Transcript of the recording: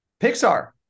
pixar